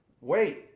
wait